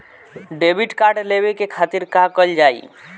Debit card लेवे के खातिर का कइल जाइ?